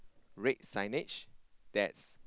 red signage that's